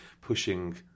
pushing